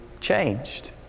changed